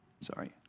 Sorry